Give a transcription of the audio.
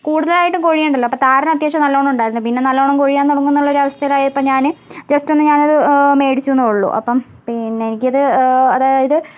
കൂടുതലായിട്ടും കൊഴിയണ്ടല്ലോ അപ്പ താരനത്യാവശ്യം നല്ലോണം ഉണ്ടായിരുന്നു പിന്നെ നല്ലോണം കൊഴിയാൻ തൊടങ്ങുന്നുള്ളോരവസ്ഥേലായപ്പോ ഞാന് ജസ്റ്റൊന്ന് ഞാനത് മേടിച്ചുന്നേ ഉള്ളു അപ്പം പിന്നെ എനിക്കത് അതായത്